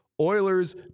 Oilers